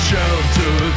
Shelter